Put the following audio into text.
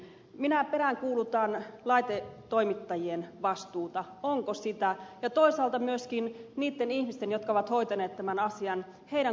minä peräänkuulutan laitetoimittajien vastuuta onko sitä ja toisaalta myöskin niitten ihmisten jotka ovat hoitaneet tämän asian kuluttajansuojaa